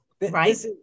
right